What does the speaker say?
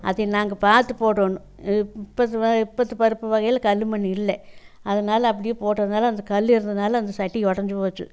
அதை நாங்கள் பார்த்து போடணும் இப்போ இப்போத்து பருப்பு வகையில் கல் மண் இல்லை அதனால் அப்படியே போட்டதினால அந்த கல் இருந்ததினால அந்த சட்டி உடஞ்சு போச்சு